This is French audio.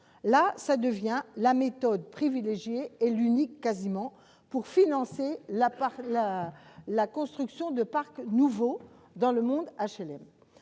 cela devient la méthode privilégiée et quasiment unique pour financer la construction de parcs nouveaux dans le monde HLM.